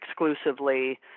exclusively